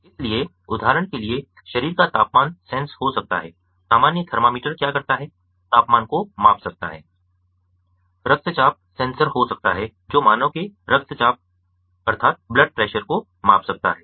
इसलिए उदाहरण के लिए शरीर का तापमान सेंस हो सकता है सामान्य थर्मामीटर क्या करता है तापमान को माप सकता है रक्तचाप सेंसर हो सकता है जो मानव के रक्तचाप को माप सकता है